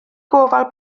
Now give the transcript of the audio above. gofal